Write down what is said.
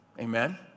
Amen